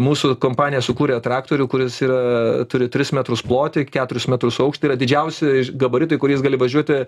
mūsų kompanija sukūrė traktorių kuris yra turi tris metrus plotį keturis metrus aukštį yra didžiausi gabaritai kuriais gali važiuoti